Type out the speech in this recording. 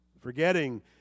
forgetting